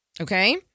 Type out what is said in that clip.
Okay